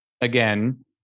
again